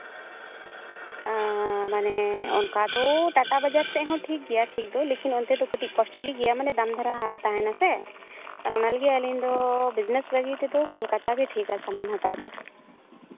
ᱢᱟᱱᱮ ᱚᱱᱠᱟ ᱫᱚ ᱴᱟᱴᱟ ᱵᱟᱡᱟᱨ ᱥᱮᱜ ᱦᱚᱸ ᱴᱷᱤᱠ ᱜᱮᱭᱟ ᱴᱷᱤᱠ ᱫᱚ ᱞᱮᱠᱤᱱ ᱚᱱᱛᱮ ᱫᱚ ᱠᱟᱹᱴᱤᱡ ᱠᱚᱥᱴᱞᱤ ᱜᱮᱭᱟ ᱢᱟᱱᱮ ᱫᱟᱢ ᱫᱷᱟᱨᱟ ᱦᱟᱸᱜ ᱛᱟᱦᱮᱱᱟᱥᱮ ᱠᱟᱨᱚᱱ ᱚᱱᱟ ᱞᱟᱹᱜᱤᱫ ᱟᱹᱞᱤᱧ ᱫᱚ ᱵᱤᱡᱽᱱᱮᱥ ᱞᱟᱹᱜᱤᱫ ᱛᱮᱫᱚ ᱠᱳᱞᱠᱟᱛᱟ ᱜᱮ ᱴᱷᱤᱠᱼᱟ ᱥᱟᱢᱟᱱ ᱱᱮᱛᱟᱨ ᱫᱚ